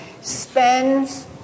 spends